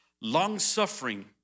Long-suffering